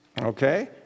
Okay